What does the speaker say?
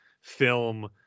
film